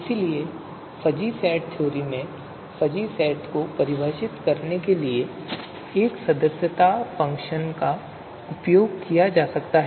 इसीलिए fuzzy set theory में fuzzy set को परिभाषित करने के लिए एक सदस्यता फ़ंक्शन का उपयोग किया जाता है